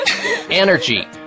Energy